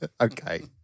Okay